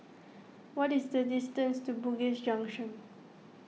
what is the distance to Bugis Junction